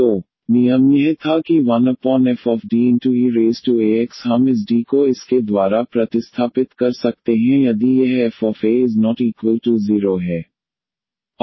तो नियम यह था कि 1fDeax हम इस D को इसके द्वारा प्रतिस्थापित कर सकते हैं यदि यह fa≠0 है